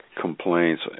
complaints